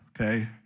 okay